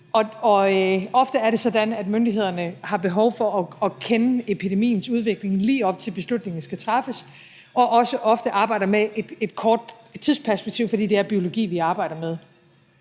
Ofte er det sådan, at myndighederne har behov for at kende epidemiens udvikling, lige op til beslutningerne skal træffes, og også ofte arbejder med et kort tidsperspektiv, fordi det er biologi, vi arbejder med.